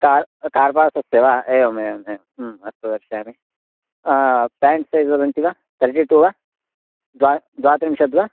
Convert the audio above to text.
car कार्पासस्य वा एवमेवम् एवं ह्म् अस्तु दर्शयामि प्याण्ट् सैज़् वदन्ति वा तर्टि टु वा द्वा द्वा त्रिंशद्वा